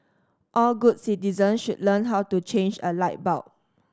all good citizen should learn how to change a light bulb